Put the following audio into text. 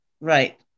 Right